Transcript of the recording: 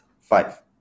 five